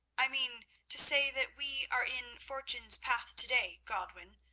i mean to say that we are in fortune's path to-day, godwin.